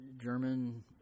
German